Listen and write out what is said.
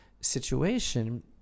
situation